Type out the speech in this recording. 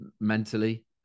mentally